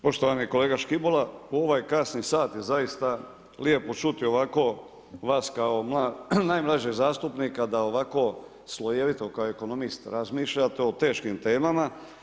Poštovani kolega Škibola, u ovaj kasni sat je zaista lijepo čuti ovako vas kao najmlađeg zastupnika da ovako slojevito kao ekonomist razmišljate o teškim temama.